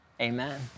amen